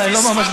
אבל אני לא ממש,